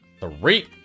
three